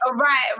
Right